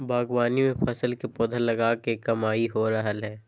बागवानी में फल के पौधा लगा के कमाई हो रहल हई